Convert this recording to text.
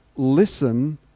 listen